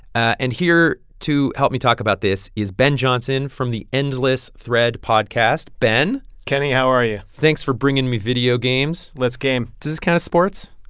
and here to help me talk about this is ben johnson from the endless thread podcast. ben kenny, how are you? thanks for bringing me video games let's game does this count as sports?